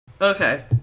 Okay